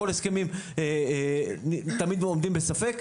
כל הסכמים תמיד עומדים בספק,